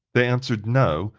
they answered no,